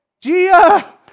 Gia